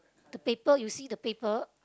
the paper you see the paper